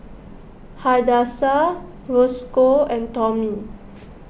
Hadassah Roscoe and Tomie